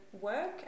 work